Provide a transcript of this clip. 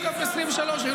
אתם